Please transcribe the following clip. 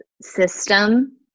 system